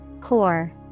Core